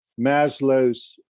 Maslow's